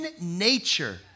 nature